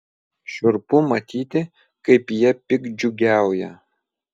šiurpu matyti kaip jie piktdžiugiauja